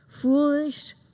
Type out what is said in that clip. foolish